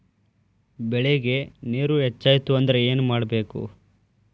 ಬೆಳೇಗ್ ನೇರ ಹೆಚ್ಚಾಯ್ತು ಅಂದ್ರೆ ಏನು ಮಾಡಬೇಕು?